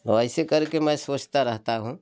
ऐसे करके मैं सोचता रहता हूँ